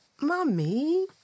Mummy